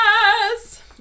Yes